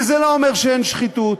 וזה לא אומר שאין שחיתות.